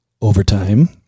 overtime